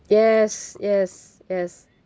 yes yes yes